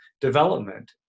development